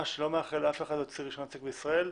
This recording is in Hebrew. לא מאחל לאף אחד להוציא רישיון עסק בישראל.